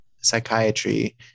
psychiatry